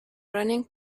running